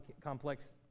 complex